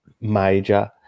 major